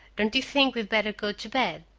don't you think we better go to bed?